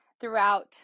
throughout